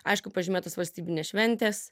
aišku pažymėtos valstybinės šventės